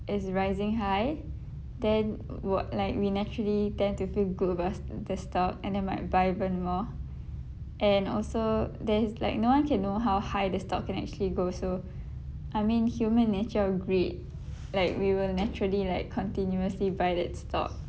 is rising high then wh~ like we naturally tend to feel good about the stock and then might buy even more and also there is like no one can know how high the stock can actually go so I mean human nature of greed like we will naturally like continuously buy that stock